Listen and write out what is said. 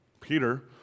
Peter